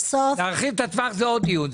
להרחיב את הטווח זה עוד דיון.